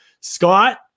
Scott